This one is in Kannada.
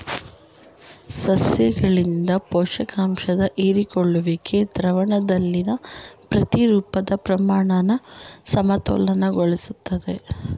ಸಸ್ಯಗಳಿಂದ ಪೋಷಕಾಂಶದ ಹೀರಿಕೊಳ್ಳುವಿಕೆ ದ್ರಾವಣದಲ್ಲಿನ ಪ್ರತಿರೂಪದ ಪ್ರಮಾಣನ ಅಸಮತೋಲನಗೊಳಿಸ್ತದೆ